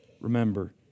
remember